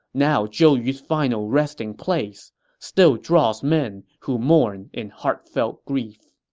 now zhou yu's final resting place still draws men who mourn in heartfelt grief